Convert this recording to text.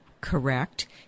Correct